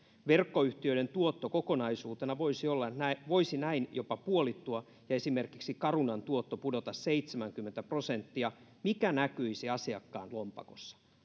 verkkoyhtiöiden tuotto kokonaisuutena voisi näin jopa puolittua ja esimerkiksi carunan tuotto pudota seitsemänkymmentä prosenttia mikä näkyisi asiakkaan lompakossa